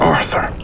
Arthur